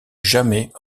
jamais